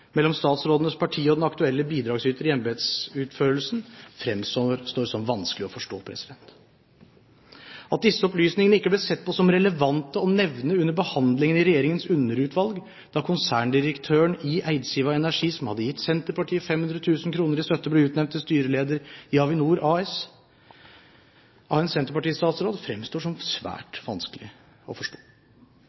mellom statsrådenes parti og den aktuelle bidragsyter i embetsutførelsen, fremstår som vanskelig å forstå. At disse opplysningene ikke ble sett på som relevante å nevne under behandlingen i regjeringens underutvalg da konserndirektøren i Eidsiva Energi, som hadde gitt Senterpartiet 500 000 kr i støtte, ble utnevnt til styreleder i Avinor AS av en senterpartistatsråd, fremstår som svært vanskelig å forstå.